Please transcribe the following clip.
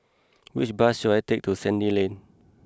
which bus should I take to Sandy Lane